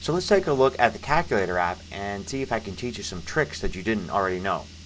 so let's take a look at the calculator app and see if i can teach you some tricks that you didn't already know.